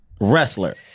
wrestler